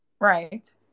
Right